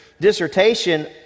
dissertation